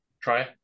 Try